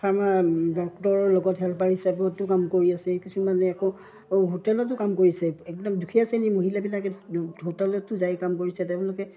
pharma ডক্তৰৰ লগত helper হিচাপতো কাম কৰি আছে কিছুমানে আকৌ হোটেলতো কাম কৰিছে একদম দুখীয়া শ্ৰেণীৰ মহিলাবিলাকে হোটেলতো যায় কাম কৰিছে তেওঁলোকে